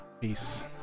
Peace